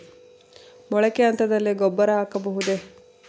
ಮೊಳಕೆ ಹಂತದಲ್ಲಿ ಗೊಬ್ಬರ ಹಾಕಬಹುದೇ?